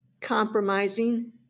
compromising